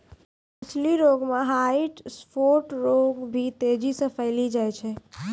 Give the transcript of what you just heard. मछली रोग मे ह्वाइट स्फोट रोग भी तेजी से फैली जाय छै